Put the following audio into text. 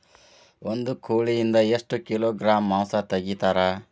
ಒಂದು ಕೋಳಿಯಿಂದ ಎಷ್ಟು ಕಿಲೋಗ್ರಾಂ ಮಾಂಸ ತೆಗಿತಾರ?